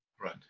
right